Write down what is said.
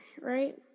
right